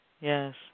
yes